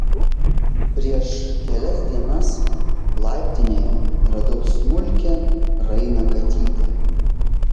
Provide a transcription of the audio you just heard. prieš kelias dienas laiptinėje radau smulkią rainą katytę